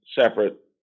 separate